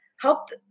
helped